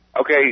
Okay